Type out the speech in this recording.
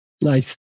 Nice